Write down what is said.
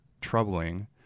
troubling